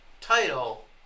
title